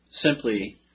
simply